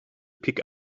pick